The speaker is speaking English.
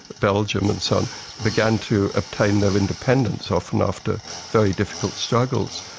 belgium and so on began to obtain their independence, often after very difficult struggles.